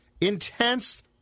Intense